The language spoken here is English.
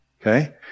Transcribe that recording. Okay